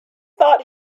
thought